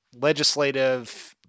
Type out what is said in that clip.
legislative